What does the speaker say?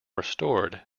restored